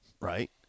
Right